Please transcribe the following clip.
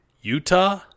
Utah